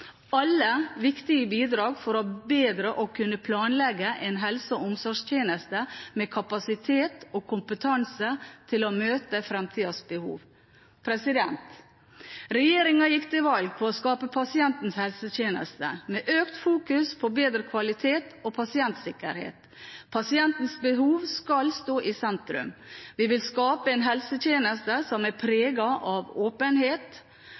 alle viktige bidrag for bedre å kunne planlegge en helse- og omsorgstjeneste med kapasitet og kompetanse til å møte fremtidens behov. Regjeringen gikk til valg på å skape pasientens helsetjeneste, med økt fokus på bedre kvalitet og pasientsikkerhet. Pasientens behov skal stå i sentrum. Vi vil skape en helsetjeneste som er preget av åpenhet,